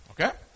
Okay